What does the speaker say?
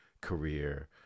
career